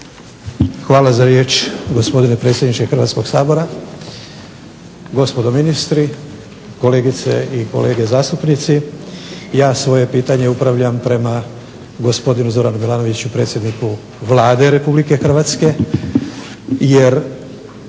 Hvala za riječ, gospodine predsjedniče Hrvatskoga sabora. Gospodo ministri, kolegice i kolege zastupnici. Ja svoje pitanje upravljam prema gospodinu Zoranu Milanoviću, predsjedniku Vlade Republike Hrvatske jer